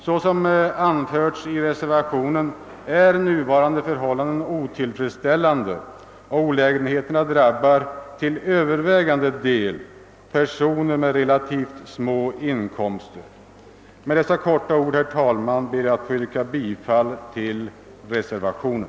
Såsom anförts i reservationen är nuvarande förhållanden otillfredsställande, och olägenheterna drab bar till övervägande del personer med relativt små inkomster. Med dessa få ord ber jag, herr talman, att få yrka bifall till reservationen.